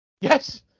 Yes